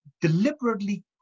deliberately